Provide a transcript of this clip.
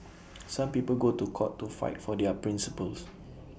some people go to court to fight for their principles